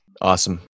Awesome